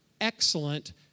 excellent